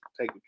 take